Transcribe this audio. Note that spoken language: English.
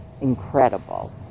incredible